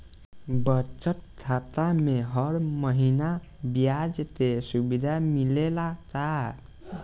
बचत खाता में हर महिना ब्याज के सुविधा मिलेला का?